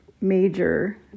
major